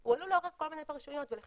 הוא עלול לעורר כל מיני פרשנויות ולכן